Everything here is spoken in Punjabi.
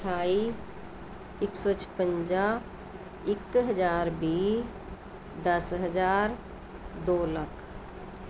ਅਠਾਈ ਇੱਕ ਸੌ ਛਪੰਜਾ ਇਕ ਹਜ਼ਾਰ ਵੀਹ ਦਸ ਹਜ਼ਾਰ ਦੋ ਲੱਖ